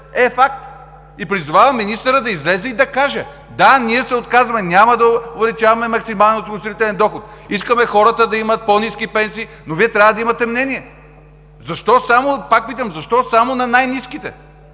е факт. Призовавам министъра да излезе и да каже: „Да, ние се отказваме, няма да увеличаваме максималния осигурителен доход. Искаме хората да имат по-ниски пенсии“. Но Вие трябва да имате мнение! Пак питам: защо само на най-ниските?